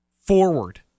forward